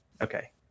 Okay